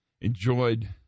enjoyed